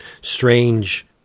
strange